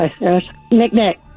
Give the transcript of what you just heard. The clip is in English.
Nick-nick